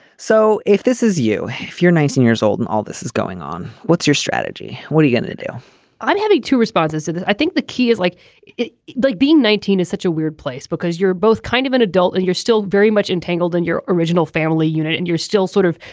so if this is you if you're nineteen years old and all this is going on what's your strategy. what are you gonna do i'm having two responses to this. i think the key is like it like being nineteen is such a weird place because you're both kind of an adult and you're still very much entangled in your original family unit and you're still sort of.